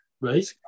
Right